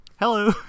Hello